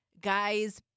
guys